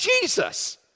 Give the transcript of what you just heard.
Jesus